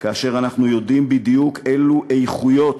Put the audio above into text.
כאשר אנחנו יודעים בדיוק אילו איכויות